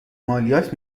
مالیات